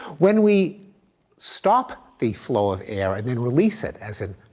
when we stop the flow of air and then release it as in,